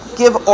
give